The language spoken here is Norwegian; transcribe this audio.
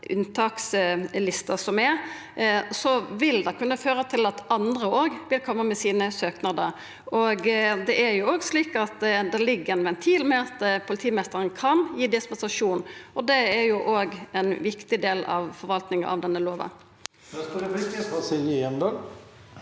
er, vil det kunna føra til at andre òg vil koma med sine søknader. Det er òg slik at det ligg ein ventil ved at politimeisteren kan gi dispensasjon, og det er ein viktig del av forvaltninga av denne lova.